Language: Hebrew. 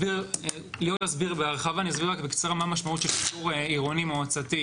אני לא אסביר בהרחבה אלא רק בקצרה מה המשמעות של שיטור עירוני מועצתי.